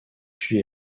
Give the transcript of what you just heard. puis